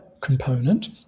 component